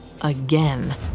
again